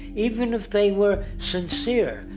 even if they were sincere,